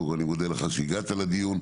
קודם כול אני מודה לך שהגעת לדיון,